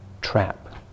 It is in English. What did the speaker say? trap